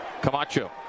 Camacho